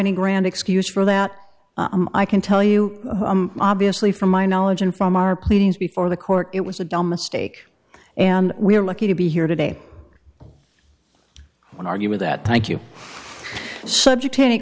any grand excuse for that i can tell you obviously from my knowledge and from our pleadings before the court it was a dumb mistake and we are lucky to be here today when argue with that thank you subject to any